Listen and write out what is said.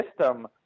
system